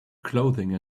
clothing